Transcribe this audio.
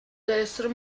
destro